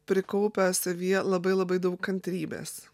prikaupę savyje labai labai daug kantrybės